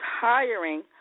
hiring